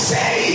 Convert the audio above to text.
Say